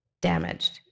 damaged